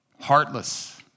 heartless